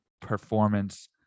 performance